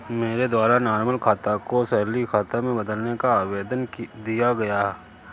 मेरे द्वारा नॉर्मल खाता को सैलरी खाता में बदलने का आवेदन दिया गया